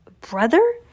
brother